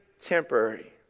temporary